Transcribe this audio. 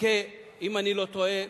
אם אני לא טועה,